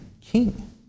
king